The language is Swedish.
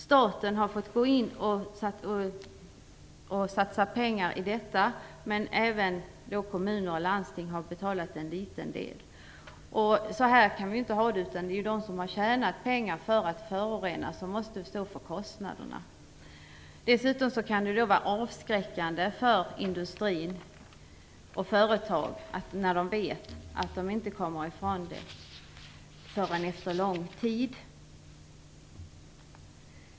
Staten har fått gå in och satsa pengar. Även kommuner och landsting har betalat en liten del. Så här kan vi inte ha det. Det är de som har tjänat pengar på att förorena som måste stå för kostnaderna. Dessutom kan det vara avskräckande för industrier och företag när de vet att de inte kommer ifrån det förrän efter lång tid.